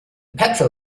petrol